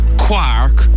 quark